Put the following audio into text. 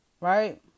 Right